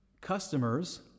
customers